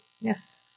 Yes